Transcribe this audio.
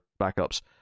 backups